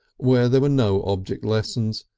where there were no object lessons,